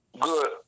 good